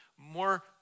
More